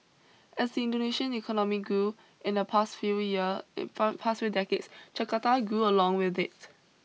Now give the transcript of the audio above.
as the Indonesian economy grew in the past few year past few decades Jakarta grew along with it